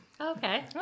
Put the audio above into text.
Okay